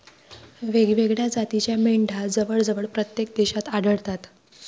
वेगवेगळ्या जातीच्या मेंढ्या जवळजवळ प्रत्येक देशात आढळतात